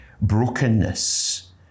brokenness